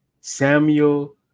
samuel